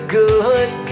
good